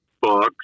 Books